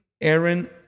Aaron